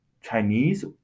Chinese